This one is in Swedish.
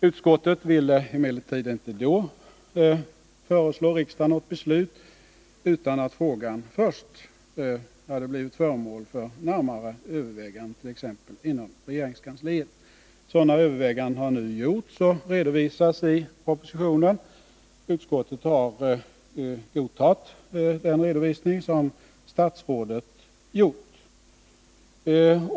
Utskottet ville emellertid inte då föreslå riksdagen att fatta något beslut utan att frågan först hade blivit föremål för närmare övervägande, t.ex. inom regeringskansliet. Sådana överväganden har nu gjorts och redovisas i propositionen. Utskottet har godtagit den redovisning som statsrådet gjort.